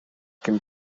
ким